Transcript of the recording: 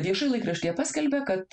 viešai laikraštyje paskelbė kad